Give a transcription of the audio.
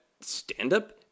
stand-up